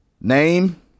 Name